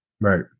Right